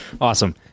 Awesome